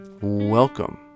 Welcome